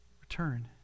return